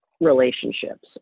relationships